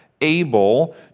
Able